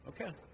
Okay